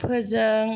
फोजों